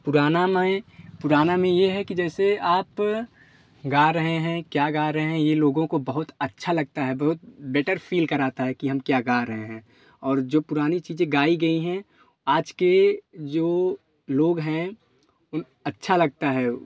पुराना में पुराना में यह है कि जैसे आप गा रहे हैं क्या गा रहे हैं ये लोगों को बहुत अच्छा लगता है बहुत बेटर फील कराता है कि हम क्या गा रहे हैं और जो पुरानी चीज़ें गाई गई हैं आज के जो लोग है उन अच्छा लगता है